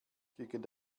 gegen